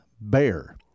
bear